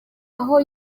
aho